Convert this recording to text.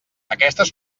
aquestes